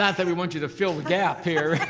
that that we want you to fill the gap here.